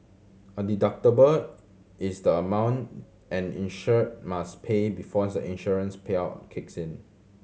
a deductible is the amount an insured must pay before the insurance payout kicks in